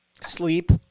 sleep